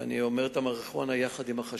אני אומר את המריחואנה יחד עם החשיש,